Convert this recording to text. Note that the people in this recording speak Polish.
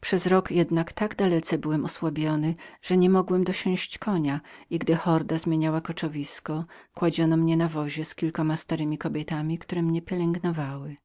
przez rok jednak tak dalece byłem osłabionym że niemogłem dosiąść konia i gdy horda zmieniała koczowisko kładziono mnie na wozie z kilkoma staremi kobietami które mnie pielęgnowały